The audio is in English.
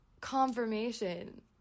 confirmation